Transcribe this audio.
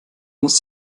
muss